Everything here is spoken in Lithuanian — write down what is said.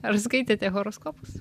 ar skaitėte horoskopus